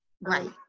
right